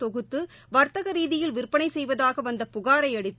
தொகுத்து வர்த்தக ரீதியில் விற்பனை செய்வதாக வந்த புகாரையடுத்து